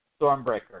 Stormbreaker